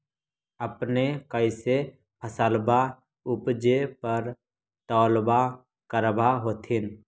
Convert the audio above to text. अपने कैसे फसलबा उपजे पर तौलबा करबा होत्थिन?